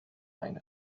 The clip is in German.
ein